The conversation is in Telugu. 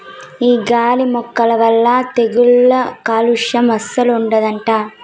ఈ గాలి మొక్కల వల్ల తెగుళ్ళు కాలుస్యం అస్సలు ఉండదట